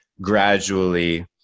gradually